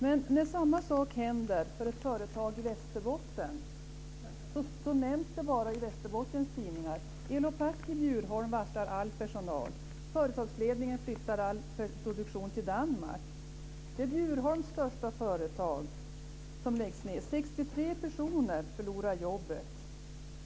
Men när samma sak händer för ett företag i Västerbotten, så nämns detta enbart i Västerbottens tidningar. Elopak i Bjurholm varslar all personal. Företagsledningen flyttar all produktion till Danmark. Det är Bjurholms största företag som läggs ned. 63 personer förlorar jobbet.